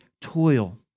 toil